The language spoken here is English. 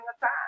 time